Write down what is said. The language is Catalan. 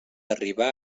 arribar